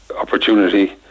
opportunity